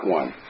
one